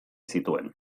zituen